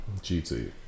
GT